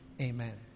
Amen